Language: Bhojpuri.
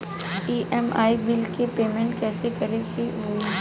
ई.एम.आई बिल के पेमेंट कइसे करे के होई?